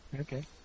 Okay